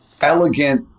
elegant